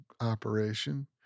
operation